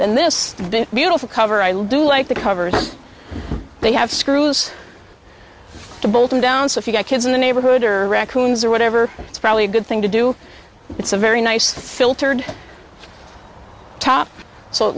then this beautiful cover i love do like the covers they have screws to bolt on down so if you've got kids in the neighborhood or raccoons or whatever it's probably a good thing to do it's a very nice filtered to